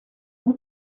vous